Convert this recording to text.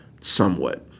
Somewhat